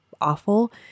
awful